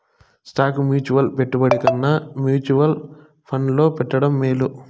stock mutual పెట్టుబడి కన్నా mutual ఫండ్లో పెట్టడం మేలు